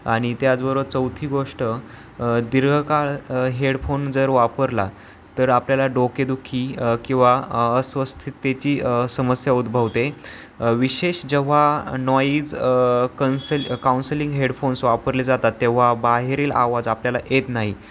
आणि त्याचबरोबर चौथी गोष्ट दीर्घकाळ हेडफोन जर वापरला तर आपल्याला डोकेदुखी किंवा अस्वस्थतेची समस्या उद्भवते विशेष जेव्हा नॉईज कन्सल कौन्सलिंग हेडफोन्स वापरले जातात तेव्हा बाहेरील आवाज आपल्याला येत नाही